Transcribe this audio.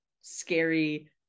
scary